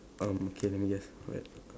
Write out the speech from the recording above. um okay let me guess wait